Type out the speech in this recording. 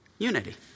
Unity